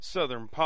Southern